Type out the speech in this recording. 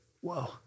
Whoa